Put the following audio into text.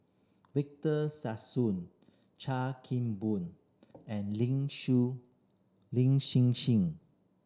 Victor Sassoon Chan Kim Boon and Lin Lin Hsin Hsin